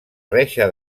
reixa